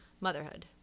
motherhood